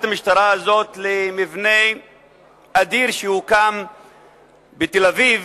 המשטרה הזאת למבנה אדיר שהוקם בתל-אביב,